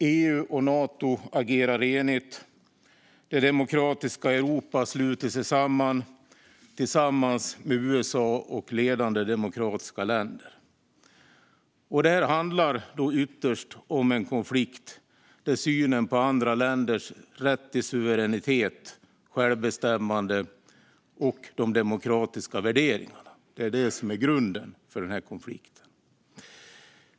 EU och Nato agerar enigt. Det demokratiska Europa sluter sig samman tillsammans med USA och ledande demokratiska länder. Det handlar ytterst om en konflikt kring synen på andra länders rätt till suveränitet och självbestämmande och de demokratiska värderingarna. Det är detta som är grunden för konflikten.